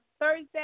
Thursday